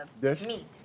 meat